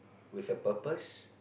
with a purpose